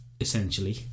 essentially